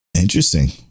Interesting